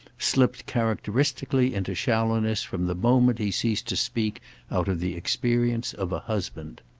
slipped characteristically into shallowness from the moment he ceased to speak out of the experience of a husband.